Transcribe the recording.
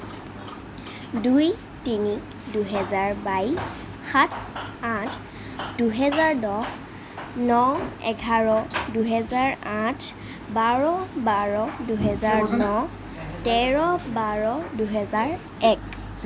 দুই তিনি দুহেজাৰ বাইছ সাত আঠ দুহেজাৰ দহ ন এঘাৰ দুহেজাৰ আঠ বাৰ বাৰ দুহেজাৰ ন তেৰ বাৰ দুহেজাৰ এক